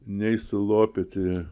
nei sulopyti